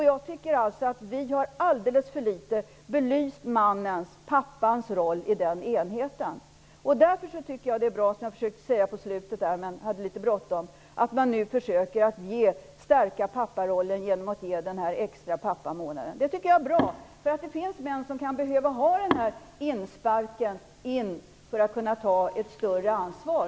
Jag tycker således att vi alldeles för litet har belyst mannens, pappans, roll i nämnda enhet. Därför tycker jag att det är bra att man nu försöker stärka papparollen genom den extra pappamånaden. Det finns ju män som kan behöva den här insparken för att kunna ta ett större ansvar.